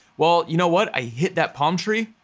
well, you know what? i hit that palm tree,